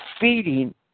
feeding